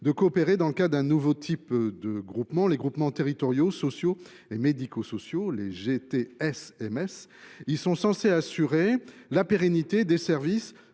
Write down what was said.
de coopérer dans le cadre d’un nouveau type de groupement, à savoir les groupements territoriaux sociaux et médico sociaux (GTSMS). Ceux ci sont censés assurer la pérennité des services